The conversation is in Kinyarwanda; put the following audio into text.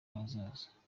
hazaza